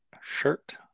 shirt